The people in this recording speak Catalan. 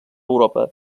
europa